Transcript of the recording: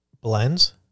blends